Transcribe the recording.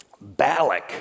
Balak